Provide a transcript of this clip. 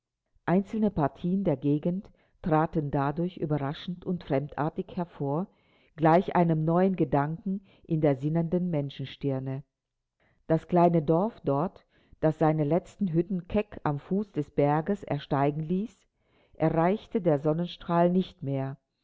einzelne partien der gegend traten dadurch überraschend und fremdartig hervor gleich einem neuen gedanken in der sinnenden menschenstirne das kleine dorf dort das seine letzten hütten keck den fuß des berges ersteigen ließ erreichte der sonnenstrahl nicht mehr